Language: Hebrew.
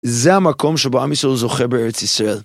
זה המקום שבו עם ישראל זוכה בארץ ישראל.